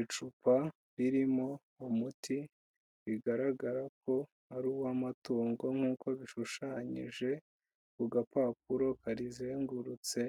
Icupa ririmo umuti bigaragara ko ari uw'amatungo nk'uko bishushanyije ku gapapuro kazengurutse